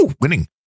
winning